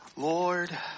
Lord